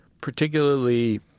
particularly